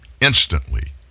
instantly